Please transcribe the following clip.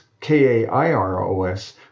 K-A-I-R-O-S